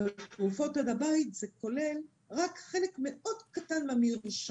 אבל תרופות עד הבית זה כולל רק חלק מאוד קטן מהמרשמים,